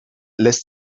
lässt